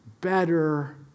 better